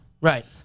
right